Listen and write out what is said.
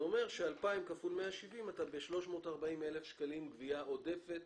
2,000 כפול 170 זה 340,000 שקלים גבייה עודפת